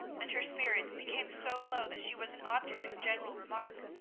and her spirits became so low that she was an object of general remark.